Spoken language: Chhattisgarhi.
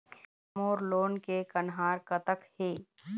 मोर लोन के कन्हार कतक हे?